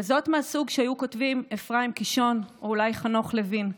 כזאת מהסוג שהיו כותבים אפרים קישון או אולי חנוך לוין,